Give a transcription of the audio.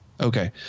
Okay